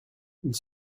ils